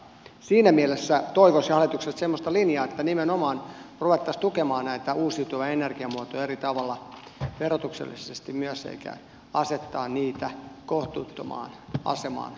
siinä mielessä toivoisin hallitukselta semmoista linjaa että nimenomaan ruvettaisiin tukemaan näitä uusiutuvia energiamuotoja eri tavalla verotuksellisesti myös eikä asetettaisi niitä kohtuuttomaan asemaan tämän johdosta